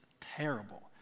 terrible